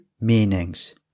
meanings